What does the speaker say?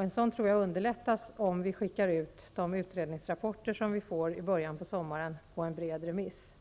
En sådan tror jag underlättas om vi skickar ut de utredningsrapporter som vi får i början på sommaren på en bred remiss.